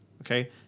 okay